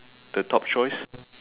the top choice